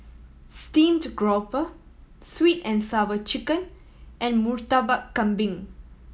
steamed grouper Sweet And Sour Chicken and Murtabak Kambing